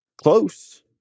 Close